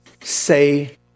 say